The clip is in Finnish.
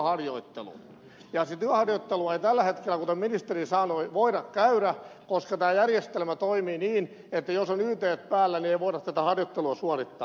sitä työharjoittelua ei tällä hetkellä kuten ministeri sanoi voida käydä koska tämä järjestelmä toimii niin että jos on ytt päällä niin ei voida tätä harjoittelua suorittaa